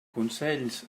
consells